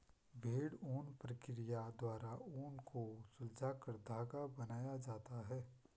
भेड़ ऊन प्रक्रिया द्वारा ऊन को सुलझाकर धागा बनाया जाता है